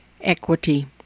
equity